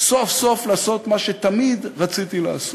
סוף-סוף לעשות מה שתמיד רציתי לעשות: